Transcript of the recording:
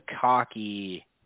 cocky